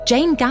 Jane